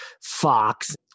Fox